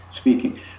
speaking